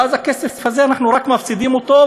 ואז אנחנו רק מפסידים את הכסף הזה,